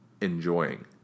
enjoying